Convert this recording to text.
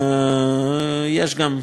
יש גם,